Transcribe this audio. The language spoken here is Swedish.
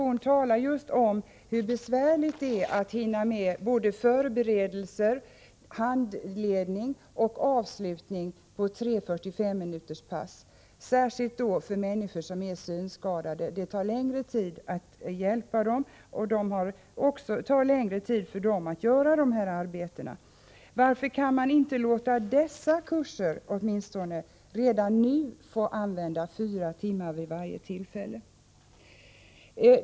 Hon talar just om hur besvärligt det är att hinna med förberedelser, handledning och avslutning på tre pass om 45 minuter, särskilt då för människor som är synskadade. Det talar längre tid att hjälpa dem, och det tar längre tid för dem att göra arbetena. Varför kan man inte låta åtminstone dessa kurser redan nu få använda fyra timmar vid varje tillfälle?